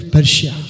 Persia